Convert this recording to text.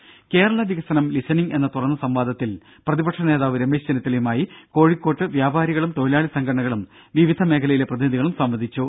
ദേദ കേരള വികസനം ലിസനിംഗ് എന്ന തുറന്ന സംവാദത്തിൽ പ്രതിപക്ഷ നേതാവ് രമേശ് ചെന്നിത്തലയുമായി കോഴിക്കോട്ട് വ്യാപാരികളും തൊഴിലാളി സംഘടനകളും വിവിധ മേഖലയിലെ പ്രതിനിധികളും സംവദിച്ചു